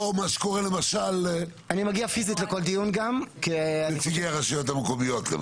ולא מה שקורה למשל עם נציגי הרשויות המקומיות.